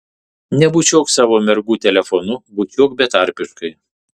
nebučiuok savo mergų telefonu bučiuok betarpiškai